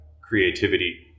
creativity